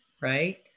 right